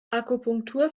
akupunktur